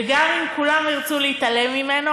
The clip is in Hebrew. וגם אם כולם ירצו להתעלם ממנו,